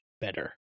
better